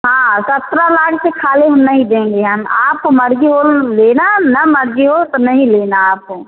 हाँ सत्रह लाख से खाले म नहीं देंगे हम आपका मर्जी हो तो लेना ना मर्जी हो तो नहीं लेना आप